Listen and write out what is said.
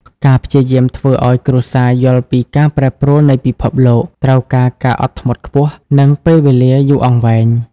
ការព្យាយាមធ្វើឱ្យគ្រួសារយល់ពី "ការប្រែប្រួលនៃពិភពលោក" ត្រូវការការអត់ធ្មត់ខ្ពស់ និងពេលវេលាយូរអង្វែង។